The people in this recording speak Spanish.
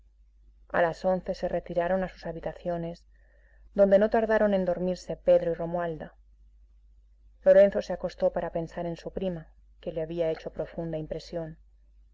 a las once se retiraron a sus habitaciones donde no tardaron en dormirse pedro y romualda lorenzo se acostó para pensar en su prima que le había hecho profunda impresión